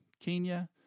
Kenya